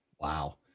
Wow